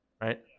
right